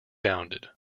bounded